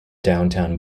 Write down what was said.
downtown